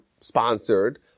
sponsored